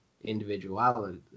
individuality